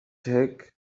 take